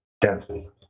density